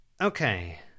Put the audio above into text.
Okay